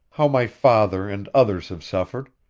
how my father and others have suffered.